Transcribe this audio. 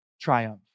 triumph